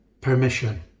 permission